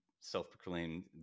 self-proclaimed